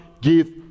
give